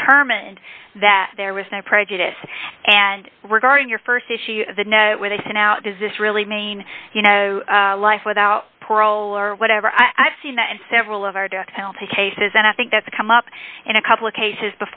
determined that there was no prejudice and regarding your st issue that no where they sent out does this really mean you know life without parole or whatever i see that and several of our death penalty cases and i think that's come up in a couple of cases